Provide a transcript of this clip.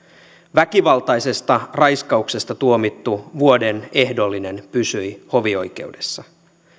väkivaltaisesta raiskauksesta tuomittu vuoden ehdollinen pysyi hovioikeudessa